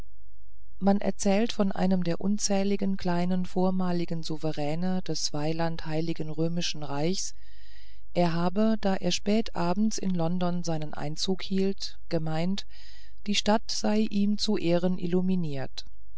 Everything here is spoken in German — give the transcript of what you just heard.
man erzählt von einem der unzähligen kleinen vormaligen souveräne des weiland heiligen römischen reichs er habe da er spät abends in london seinen einzug hielt gemeint die stadt sei ihm zu ehren illuminiert